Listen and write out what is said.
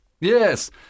Yes